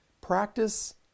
Practice